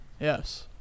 Yes